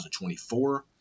2024